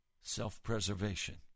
Self-preservation